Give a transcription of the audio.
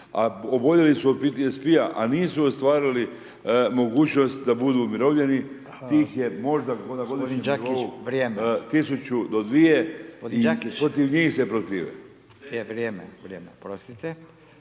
a oboljeli su od PTSP-a, a nisu ostvarili mogućnost da budu umirovljeni, njih je možda …/Govornik se ne razumije./… 1000-2000 i protiv njih se protive.